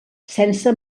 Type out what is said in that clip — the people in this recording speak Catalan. sense